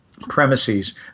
premises